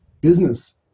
business